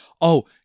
oh-